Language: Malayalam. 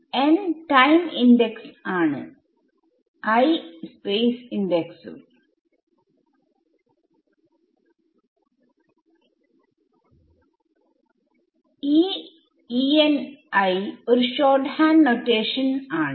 n ടൈം ഇണ്ടെക്സ് ആണ് i സ്പേസ് ഇണ്ടെക്സുംഈഒരു ഷോർട് ഹാൻഡ് നൊറ്റേഷൻ ആണ്